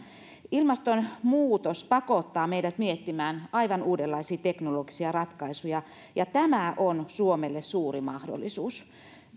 ilmastonmuutos pakottaa meidät miettimään aivan uudenlaisia teknologisia ratkaisuja ja tämä on suomelle suuri mahdollisuus